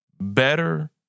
better